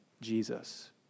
Jesus